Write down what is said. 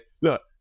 look